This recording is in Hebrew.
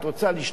את רוצה לשתות?